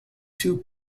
two